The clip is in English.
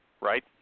right